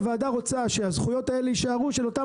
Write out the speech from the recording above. הוועדה רוצה שהזכויות האלה יישארו של אותם